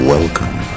Welcome